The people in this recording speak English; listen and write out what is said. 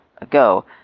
ago